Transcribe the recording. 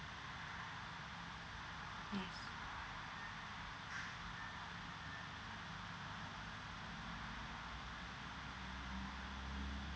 yes